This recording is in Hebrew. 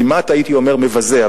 כמעט הייתי אומר מבזה,